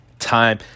Time